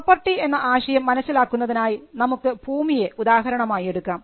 property എന്ന ആശയം മനസ്സിലാക്കുന്നതിനായി നമുക്ക് ഭൂമിയെ ഉദാഹരണമായി എടുക്കാം